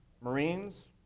Marines